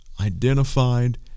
identified